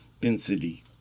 density